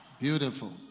beautiful